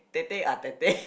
that day ah that day